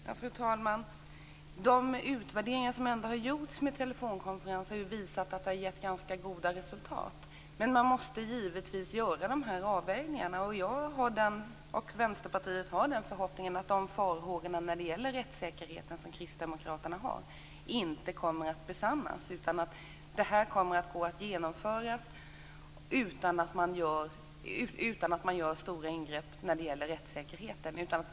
Fru talman! De utvärderingar som gjorts av telefonkonferenser har visat att de har gett ganska goda resultat. Man måste givetvis göra en avvägning. Vänsterpartiet och jag har förhoppningen att Kristdemokraternas farhågor för rättssäkerheten inte kommer att besannas. Det kommer att gå att genomföra videokonferenser utan stora ingrepp i rättssäkerheten.